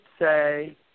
say